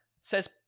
says